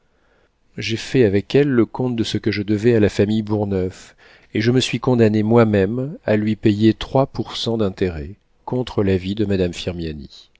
j'ai fait avec elle le compte de ce que je devais à la famille bourgneuf et je me suis condamné moi-même à lui payer trois pour cent d'intérêt contre l'avis de madame